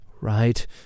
right